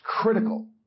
critical